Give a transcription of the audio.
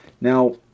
Now